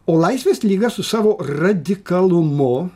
o laisvės lyga su savo radikalumu